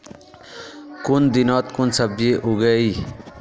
कुन दिनोत कुन सब्जी उगेई?